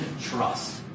trust